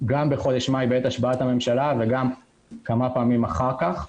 גם בחודש מאי בעת השבעת הממשלה וגם כמה פעמים אחר כך,